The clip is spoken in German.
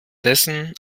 dessen